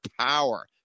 power